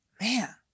Man